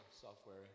software